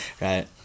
right